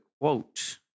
quote